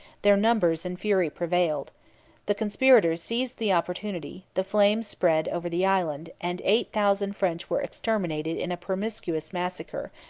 their numbers and fury prevailed the conspirators seized the opportunity the flame spread over the island and eight thousand french were exterminated in a promiscuous massacre,